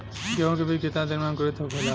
गेहूँ के बिज कितना दिन में अंकुरित होखेला?